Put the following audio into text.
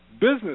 business